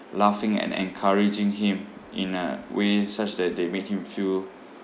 laughing and encouraging him in a way such that they made him feel